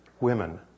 Women